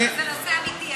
זה נושא אמיתי.